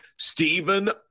Stephen